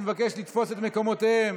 אני מבקש לתפוס את מקומותיכם